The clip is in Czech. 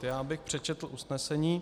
Já bych přečetl usnesení.